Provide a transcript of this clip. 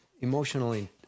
emotionally